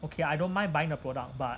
okay I don't mind buying the product but